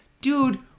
Dude